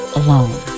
alone